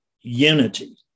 unity